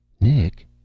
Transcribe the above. Nick